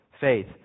faith